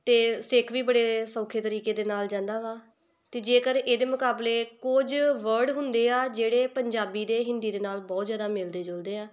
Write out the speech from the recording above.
ਅਤੇ ਸਿੱਖ ਵੀ ਬੜੇ ਸੌਖੇ ਤਰੀਕੇ ਦੇ ਨਾਲ ਜਾਂਦਾ ਵਾ ਤੇ ਜੇਕਰ ਇਹਦੇ ਮੁਕਾਬਲੇ ਕੁਝ ਵਰਡ ਹੁੰਦੇ ਆ ਜਿਹੜੇ ਪੰਜਾਬੀ ਦੇ ਹਿੰਦੀ ਦੇ ਨਾਲ ਬਹੁਤ ਜ਼ਿਆਦਾ ਮਿਲਦੇ ਜੁਲਦੇ ਆ